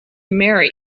marry